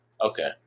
Okay